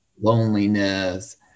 loneliness